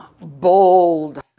bold